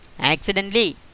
Accidentally